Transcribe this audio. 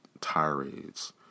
tirades